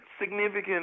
significant